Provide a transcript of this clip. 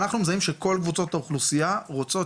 אנחנו מזהים שכל קבוצות האוכלוסייה רוצות